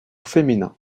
féminin